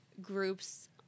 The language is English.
groups